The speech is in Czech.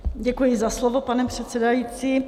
Děkuji za slovo, pane předsedající.